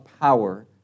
power